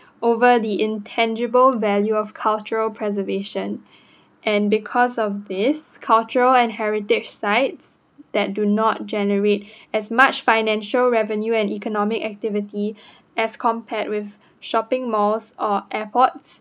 over the intangible value of cultural preservation and because of this cultural and heritage sites that do not generate as much financial revenue and economic activity as compared with shopping malls or airports